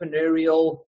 entrepreneurial